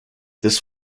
this